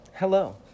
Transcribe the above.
Hello